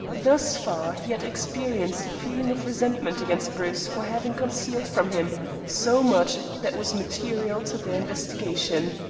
thus far he had experienced a feeling of resentment against bruce for having concealed from him so much that was material to their investigation.